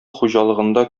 хуҗалыгында